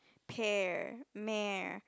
pear mare